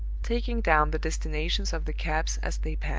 taking down the destinations of the cabs as they passed.